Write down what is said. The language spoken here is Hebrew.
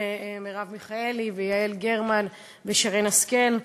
מרב מיכאלי, יעל גרמן ושרן השכל.